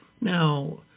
Now